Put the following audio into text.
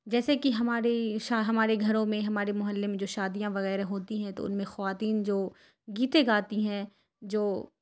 جیسے کہ ہماری ہمارے گھروں میں ہمارے محلے میں جو شادیاں وغیرہ ہوتی ہیں تو ان میں خواتین جو گیتیں گاتی ہیں جو